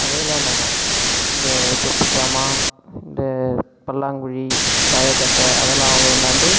அத விளாண்டாங்க இந்த சொப்பு சாமான் இந்த பல்லாங்குழி தாயக்கட்டை அதெல்லாம் அவங்க விளாண்டு